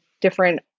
different